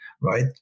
right